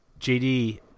JD